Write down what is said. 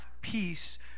peace